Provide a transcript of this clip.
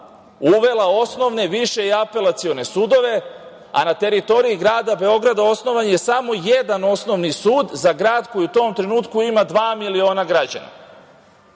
uvela osnovne više i apelacione sudove, a na teritoriji grada Beograda osnovan je samo jedan osnovni sud za grad koji u tom trenutku ima dva miliona građana. Tadašnje